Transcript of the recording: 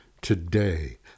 Today